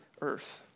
earth